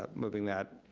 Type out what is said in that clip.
ah moving that,